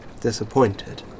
disappointed